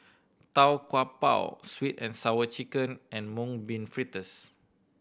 Tau Kwa Pau Sweet And Sour Chicken and Mung Bean Fritters